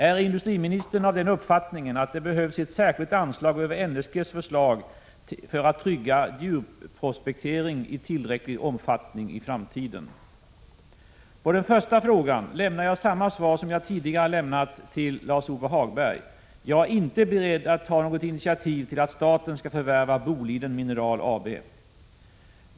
Är industriministern av den uppfattningen att det behövs ett särskilt anslag utöver NSG:s förslag för att trygga djupprospektering i tillräcklig omfattning i framtiden? På den första frågan lämnar jag samma svar som jag tidigare lämnade till Lars-Ove Hagberg. Jag är inte beredd att ta något initiativ till att staten skall förvärva Boliden Mineral AB.